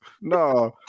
No